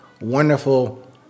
wonderful